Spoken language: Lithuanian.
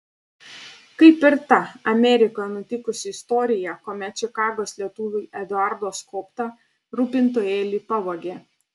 kaip ir ta amerikoje nutikusi istorija kuomet čikagos lietuviui eduardo skobtą rūpintojėlį pavogė